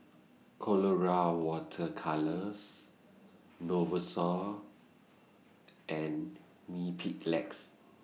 Colora Water Colours Novosource and Mepilex